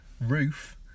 Roof